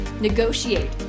negotiate